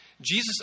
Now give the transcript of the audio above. Jesus